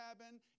cabin